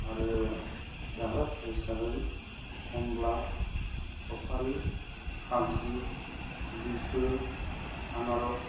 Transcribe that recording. आरो जाग्रा फिथाइ हिसाबै खमला सफारि खारजि लिसु आनारस